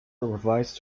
revised